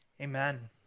Amen